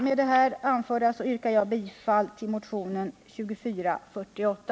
Med det anförda yrkar jag bifall till motionen 2448.